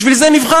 בשביל זה נבחרנו.